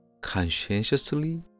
conscientiously